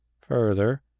Further